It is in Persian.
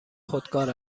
خودکار